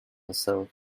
herself